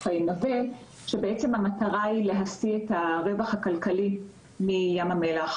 נווה על פיה המטרה היא להשיא את הרווח הכלכלי מים המלח.